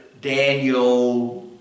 Daniel